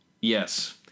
Yes